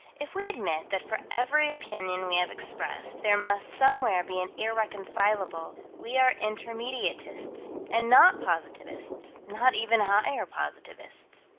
if we admit that for every opinion we have expressed, there must somewhere be an irreconcilable, we are intermediatists and not positivists not even higher positivists.